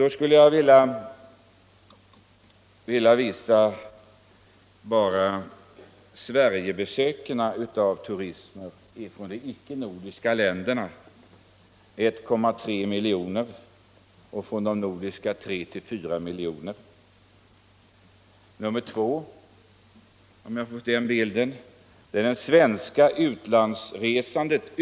Jag skulle därför på kammarens TV-skärm vilja visa några tabeller. Den första visar att antalet Sverigebesök av turister från de icke-nordiska länderna uppgår till 1,3 miljoner, och av turister från de nordiska länderna till 3 å 4 miljoner. Den andra avser det svenska utlandsresandet.